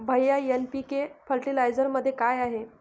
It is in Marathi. भैय्या एन.पी.के फर्टिलायझरमध्ये काय आहे?